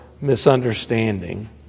misunderstanding